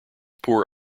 poor